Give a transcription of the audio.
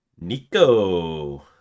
Nico